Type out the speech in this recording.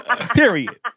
Period